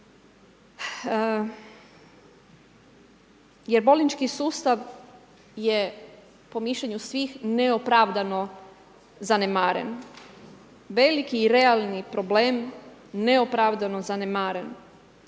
jer bolnički sustav je po mišljenju svih neopravdano zanemaren. Veliki i realni problem neopravdano zanemaren,